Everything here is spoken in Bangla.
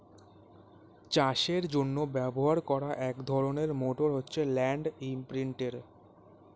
চাষের জন্য ব্যবহার করা এক ধরনের মোটর হচ্ছে ল্যান্ড ইমপ্রিন্টের